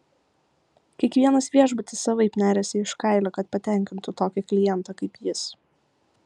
kiekvienas viešbutis savaip neriasi iš kailio kad patenkintų tokį klientą kaip jis